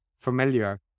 familiar